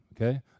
okay